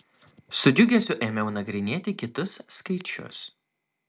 su džiugesiu ėmiau nagrinėti kitus skaičius